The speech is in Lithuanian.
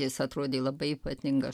jis atrodė labai ypatingas